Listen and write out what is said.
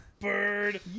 bird